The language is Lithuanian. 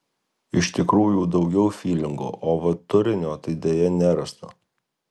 iš tikrųjų daugiau fylingo o vat turinio tai deja nerasta